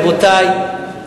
רבותי,